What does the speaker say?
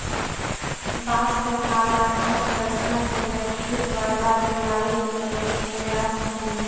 बाँस के कलात्मक रचना के वैश्विक बाजार दिलावे के प्रयास हई